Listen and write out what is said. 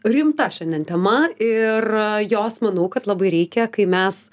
rimta šiandien tema ir jos manau kad labai reikia kai mes